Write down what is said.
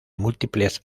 múltiples